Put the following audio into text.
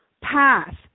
path